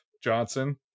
Johnson